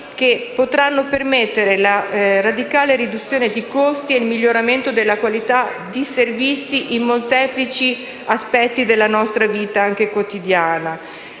che potranno permettere la radicale riduzione dei costi ed il miglioramento della qualità dei servizio in molteplici aspetti della nostra vita quotidiana.